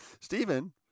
Stephen